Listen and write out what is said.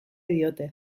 diote